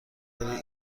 داری